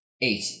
Eight